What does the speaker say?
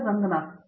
Ranganathan T